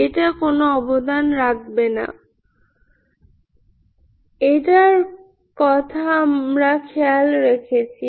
এটা কোনো অবদান রাখবেনা এটার আমরা খেয়াল রেখেছি